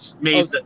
made